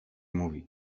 mówi